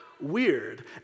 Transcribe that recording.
Weird